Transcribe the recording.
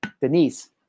Denise